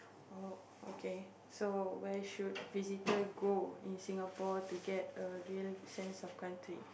oh okay so where should visitor go in Singapore to get a real sense of country